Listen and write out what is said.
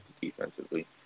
defensively